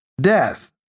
death